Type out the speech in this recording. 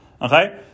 Okay